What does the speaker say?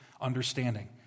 understanding